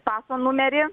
paso numerį